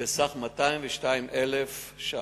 בסך 202,000 שקלים.